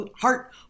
heart